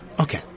Okay